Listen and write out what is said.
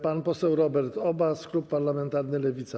Pan poseł Robert Obaz, klub parlamentarny Lewica.